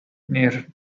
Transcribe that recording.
near